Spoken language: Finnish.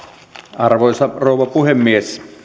arvoisa rouva puhemies